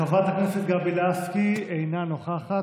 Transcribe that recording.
חברת הכנסת גבי לסקי, אינה נוכחת.